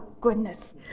goodness